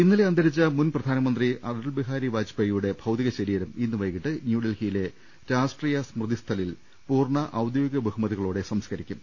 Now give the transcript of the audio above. ഇന്നലെ അന്തരിച്ച മുൻ പ്രധാനമന്ത്രി അടൽ ബിഹാരി വാജ്പേയിയുടെ ഭൌതികശരീരം ഇന്ന് വൈകിട്ട് ന്യൂഡൽഹി യിലെ രാഷ്ട്രീയ സ്മൃതിസ്ഥലിൽ പൂർണ്ണ ഔദ്യോഗിക ബഹു മതികളോടെ സംസ്കരിക്കും